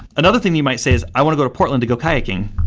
another thing you might say is i want to go to portland to go kayaking.